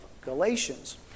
Galatians